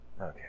okay